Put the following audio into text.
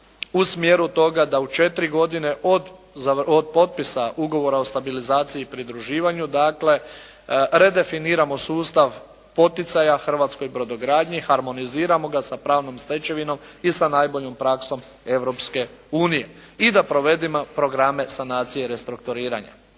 u smjeru toga da u četiri godine od potpisa Ugovora o stabilizaciji i pridruživanju, dakle redefiniramo sustav poticaja hrvatskoj brodogradnji, harmoniziramo ga sa pravnom stečevinom i sa najboljom praksom Europske unije i da provedemo programe sanacije i restrukturiranja.